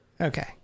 Okay